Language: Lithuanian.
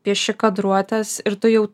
pieši kadruotes ir tu jau